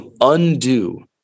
undo